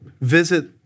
visit